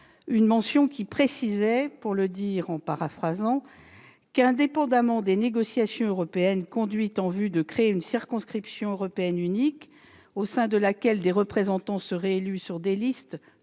l'article 7 du projet de loi prévoyait que, indépendamment des négociations européennes conduites en vue de créer une circonscription européenne unique au sein de laquelle des représentants seraient élus sur des listes